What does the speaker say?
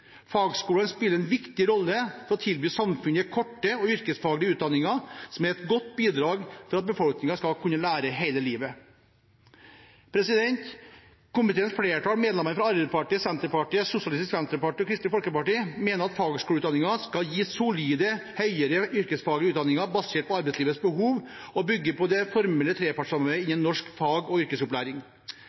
spiller en viktig rolle i å tilby samfunnet korte og yrkesfaglige utdanninger, som er et godt bidrag til at befolkningen skal kunne lære hele livet. Komiteens flertall, medlemmene fra Arbeiderpartiet, Senterpartiet, SV og Kristelig Folkeparti, mener at fagskoleutdanningen skal gi solide høyere yrkesfaglige utdanninger basert på arbeidslivets behov og bygge på det formelle trepartssamarbeidet innen norsk fag- og yrkesopplæring.